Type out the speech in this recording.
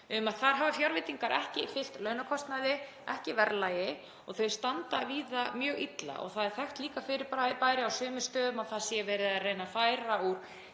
um að þar hafi fjárveitingar ekki fylgt launakostnaði, ekki verðlagi og þær standi víða mjög illa. Það er líka þekkt fyrirbæri á sumum stöðum að það sé verið að reyna að færa úr